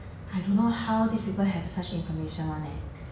I don't know how these people have such information [one] eh